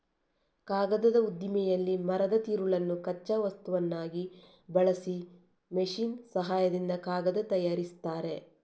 ಕಾಗದದ ಉದ್ದಿಮೆಯಲ್ಲಿ ಮರದ ತಿರುಳನ್ನು ಕಚ್ಚಾ ವಸ್ತುವನ್ನಾಗಿ ಬಳಸಿ ಮೆಷಿನ್ ಸಹಾಯದಿಂದ ಕಾಗದ ತಯಾರಿಸ್ತಾರೆ